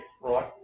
right